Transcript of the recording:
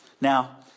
Now